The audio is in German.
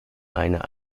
einer